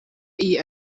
iyi